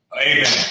Amen